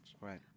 right